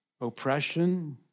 oppression